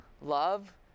love